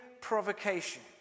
provocation